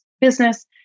business